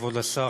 כבוד השר,